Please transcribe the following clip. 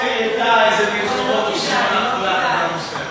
אורלי גילתה איזה מלחמות עושים, על הנושא הזה.